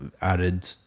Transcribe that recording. added